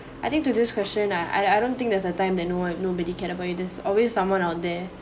I think to this question I I I don't think there's a time that no one nobody care about you there's always someone out there